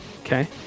Okay